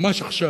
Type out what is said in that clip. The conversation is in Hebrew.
ממש עכשיו,